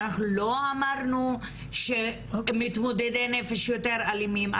אנחנו לא אמרנו שמתמודדי נפש יותר אלימים.